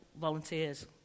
volunteers